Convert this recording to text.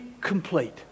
complete